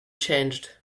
changed